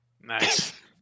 Nice